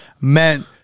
meant